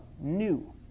new